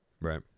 Right